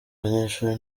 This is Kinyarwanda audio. banyeshuri